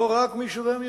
לא רק מיישובי המיעוטים.